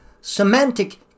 semantic